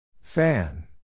Fan